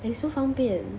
and it's so 方便